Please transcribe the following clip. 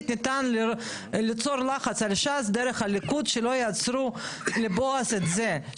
ניתן ליצור לחץ על ש"ס דרך הליכוד שלא יעצרו לבועז את זה.